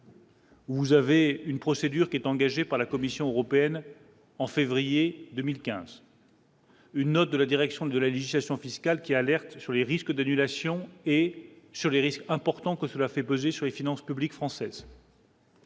Vous avez une procédure qui est engagée par la Commission européenne en février 2015. Une note de la direction de la législation fiscale qui alerte sur les risques d'annulation et sur les risques importants que cela fait peser sur les finances publiques françaises.